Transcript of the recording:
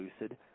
lucid